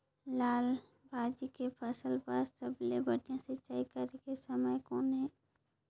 लाल भाजी के फसल बर सबले बढ़िया सिंचाई करे के समय कौन हे?